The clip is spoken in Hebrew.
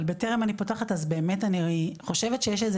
אבל בטרם אני פותחת אז באמת אני חושבת שיש איזה